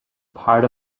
part